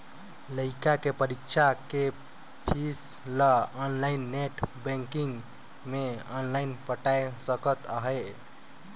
लइका के परीक्षा के पीस ल आनलाइन नेट बेंकिग मे आनलाइन पटाय सकत अहें